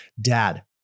dad